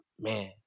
man